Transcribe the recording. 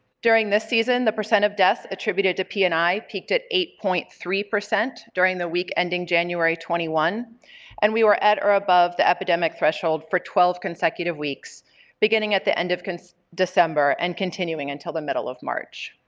during this season the percent of deaths attributed to p and i peaked at eight point three during the week ending january twenty one and we were at or above the epidemic threshold for twelve consecutive weeks beginning at the end of december and continuing until the middle of march.